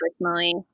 personally